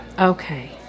Okay